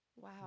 Wow